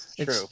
True